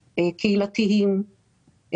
קהילתיים,